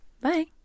Bye